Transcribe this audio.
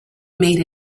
made